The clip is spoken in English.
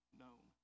known